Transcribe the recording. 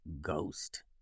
ghost